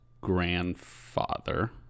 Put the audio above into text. grandfather